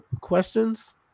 questions